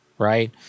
right